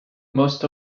most